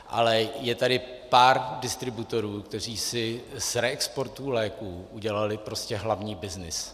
Ale je tady pár distributorů, kteří si z reexportu léků udělali prostě hlavní byznys.